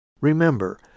Remember